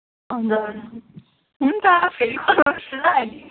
हुन्छ हुन्छ फेरि कल गर्छु ल अहिले